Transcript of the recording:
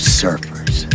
surfers